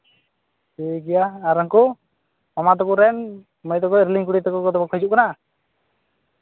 ᱴᱷᱤᱠ ᱜᱮᱭᱟ ᱟᱨ ᱩᱱᱠᱩ ᱢᱟᱢᱟ ᱛᱟᱠᱚ ᱨᱮᱱ ᱢᱟᱹᱭ ᱛᱟᱠᱚ ᱤᱨᱤᱞᱤᱧ ᱠᱩᱲᱤ ᱛᱟᱠᱚ ᱫᱚ ᱵᱟᱠᱚ ᱦᱤᱡᱩᱜ ᱠᱟᱱᱟ